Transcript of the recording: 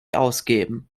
ausgeben